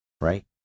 right